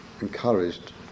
encouraged